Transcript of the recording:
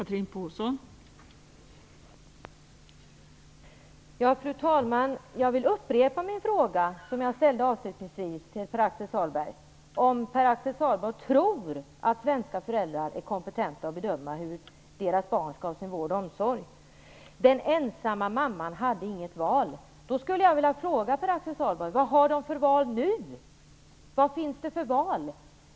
Fru talman! Jag vill upprepa min fråga till Pär Axel Sahlberg: Tror Pär-Axel Sahlberg att svenska föräldrar är kompetenta att bedöma vad deras barn skall ha för vård och omsorg? Den ensamma mamman hade inget val, sade Pär Axel Sahlberg. Då skulle jag vilja fråga: Vad har hon för val nu?